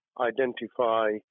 identify